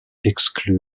exclut